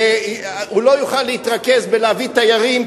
הוא לא יוכל להתרכז בלהביא תיירים,